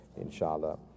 inshallah